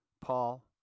Paul